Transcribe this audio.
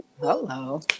Hello